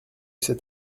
cet